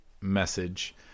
message